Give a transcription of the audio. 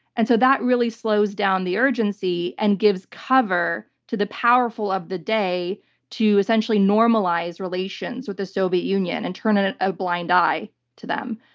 and so that really slows down the urgency and gives cover to the powerful of the day to essentially normalize relations with the soviet union and turn and and a blind eye to them.